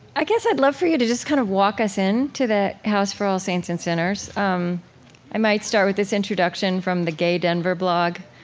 i guess, i'd love for you to just kind of walk us in to the house for all saints and sinners. um i might start with this introduction from the gay denver blog.